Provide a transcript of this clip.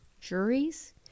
juries